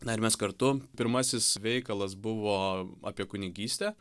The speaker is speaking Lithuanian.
na ir mes kartu pirmasis veikalas buvo apie kunigystę